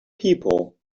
people